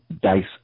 dice